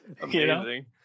Amazing